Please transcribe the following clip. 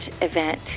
event